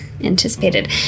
anticipated